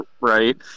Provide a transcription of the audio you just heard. Right